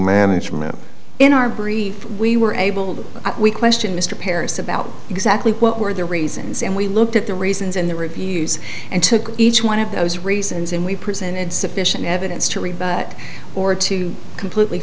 management in our brief we were able to we question mr pears about exactly what were the reasons and we looked at the reasons in the reviews and took each one of those reasons and we presented sufficient evidence to rebut or to completely